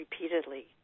repeatedly